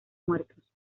muertos